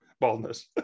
baldness